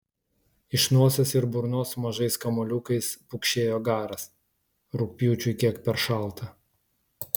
iš nosies ir burnos mažais kamuoliukais pukšėjo garas rugpjūčiui kiek per šalta